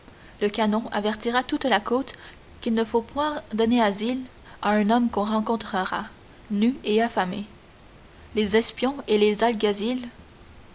le canon avertira toute la côte qu'il ne faut point donner asile à un homme qu'on rencontrera nu et affamé les espions et les alguazils